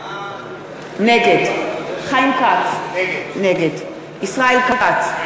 נגד חיים כץ, נגד ישראל כץ,